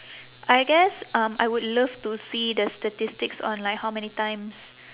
I guess um I would love to see the statistics on like how many times